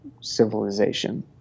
civilization